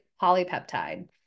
polypeptide